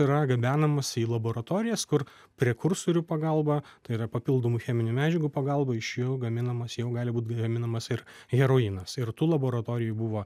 yra gabenamas į laboratorijas kur prekursorių pagalba tai yra papildomų cheminių medžiagų pagalba iš jo gaminamos jau gali būti gaminamas ir heroinas ir tų laboratorijų buvo